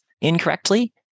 incorrectly